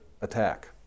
attack